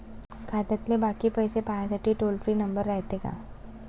खात्यातले बाकी पैसे पाहासाठी टोल फ्री नंबर रायते का?